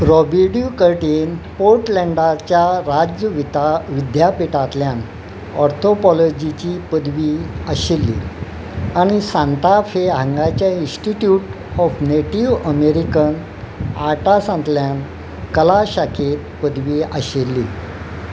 रोबिडिव कटेन पोर्टलँडाच्या राज्यविता विद्यापेठांतल्यान ऑर्थोपॉलॉजीची पदवी आशिल्ली आनी सांताफे हांगाचे इन्स्टिट्यूट ऑफ नेटिव्ह अमेरिकन आटासांतल्यान कलाशाखेंत पदवी आशिल्ली